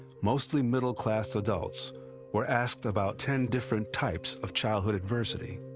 mostly middle class adults were asked about ten different types of childhood adversity.